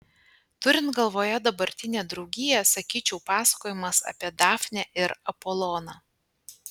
turint galvoje dabartinę draugiją sakyčiau pasakojimas apie dafnę ir apoloną